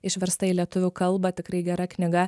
išversta į lietuvių kalbą tikrai gera knyga